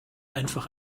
einfach